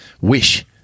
wish